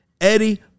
Eddie